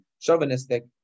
chauvinistic